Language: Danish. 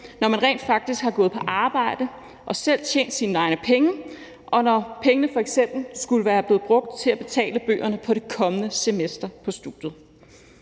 når man rent faktisk har gået på arbejde og selv tjent sine egne penge og pengene f.eks. skulle være blevet brugt til at betale bøgerne til det kommende semester på studiet.